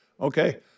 Okay